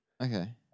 Okay